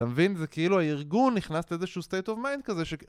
אתה מבין? זה כאילו הארגון נכנס לאיזשהו state of mind כזה ש...